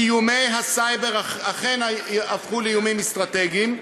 כי איומי הסייבר אכן הפכו לאיומים אסטרטגיים,